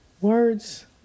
Words